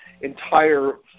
entire